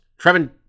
Trevin